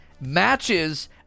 matches